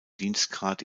dienstgrad